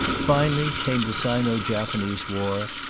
finally came the sino-japanese war,